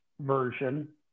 version